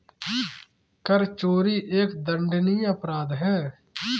कर चोरी एक दंडनीय अपराध है